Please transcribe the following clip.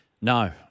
No